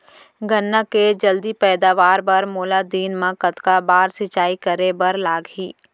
गन्ना के जलदी पैदावार बर, मोला दिन मा कतका बार सिंचाई करे बर लागही?